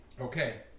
Okay